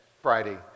Friday